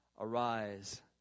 Arise